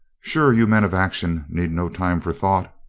sure, you men of action need no time for thought.